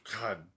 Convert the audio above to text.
God